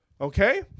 Okay